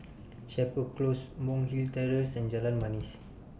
Chapel Close Monk's Hill Terrace and Jalan Manis